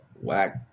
whack